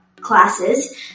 classes